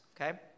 Okay